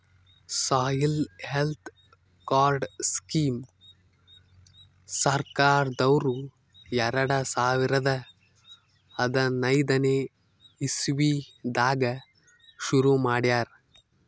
soil health card scheme ಸರ್ಕಾರ್ದವ್ರು ಎರಡ ಸಾವಿರದ್ ಹದನೈದನೆ ಇಸವಿದಾಗ ಶುರು ಮಾಡ್ಯಾರ್